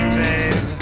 babe